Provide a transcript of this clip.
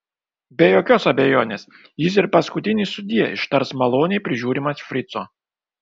be jokios abejonės jis ir paskutinį sudie ištars maloniai prižiūrimas frico